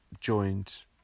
joined